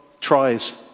tries